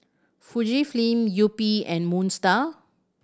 Fujifilm Yupi and Moon Star